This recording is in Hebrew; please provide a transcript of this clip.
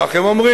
כך הם אומרים,